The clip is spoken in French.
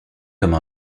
comme